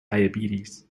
diabetes